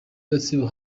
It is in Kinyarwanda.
gatsibo